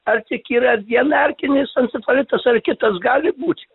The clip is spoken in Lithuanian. ar tik yra viena erkinis encefalitas ar ir kitas gali būt